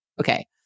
Okay